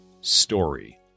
story